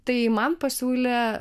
tai man pasiūlė